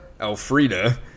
Elfrida